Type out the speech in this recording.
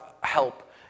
help